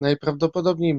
najprawdopodobniej